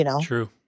True